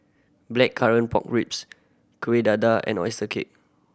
Blackcurrant Pork Ribs Kueh Dadar and oyster cake